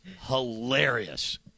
hilarious